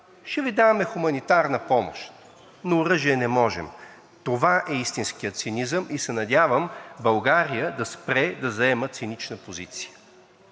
„Ще Ви даваме хуманитарна помощ, но оръжие не можем.“ Това е истинският цинизъм и се надявам България да спре да заема цинична позиция.